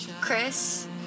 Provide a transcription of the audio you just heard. Chris